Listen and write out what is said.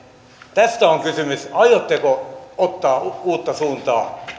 tästä on kysymys aiotteko ottaa uutta suuntaa